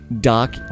Doc